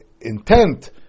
intent